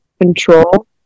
control